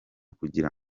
kugira